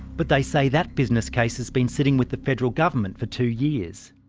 but they say that business case has been sitting with the federal government for two years.